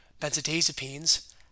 benzodiazepines